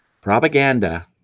propaganda